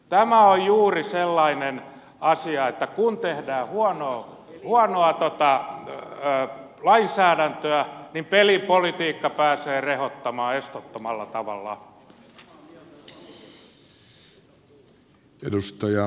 tämä on juuri sellainen asia että kun tehdään huonoa lainsäädäntöä niin pelipolitiikka pääsee rehottamaan estottomalla tavalla